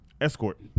escort